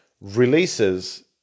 releases